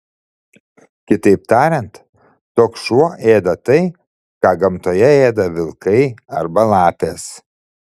kitaip tariant toks šuo ėda tai ką gamtoje ėda vilkai arba lapės